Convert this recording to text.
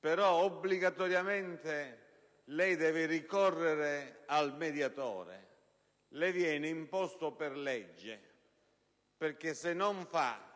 però obbligatoriamente deve ricorrere al mediatore. Le viene imposto per legge, e se non fa